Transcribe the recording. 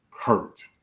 hurt